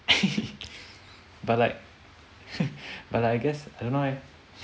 but like but like I guess I don't know eh